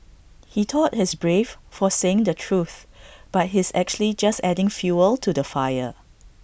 he thought he's brave for saying the truth but he's actually just adding fuel to the fire